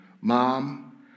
Mom